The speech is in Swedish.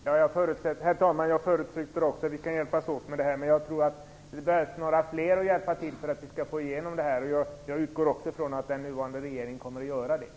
Herr talman! Jag förutsätter också att vi kan hjälpas åt. Jag tror att det behövs fler som hjälper till för att vi skall få igenom förändringen. Jag utgår också från att den nuvarande regeringen kommer att hjälpa till.